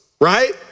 right